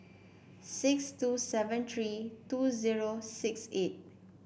six two seven three two zero six eight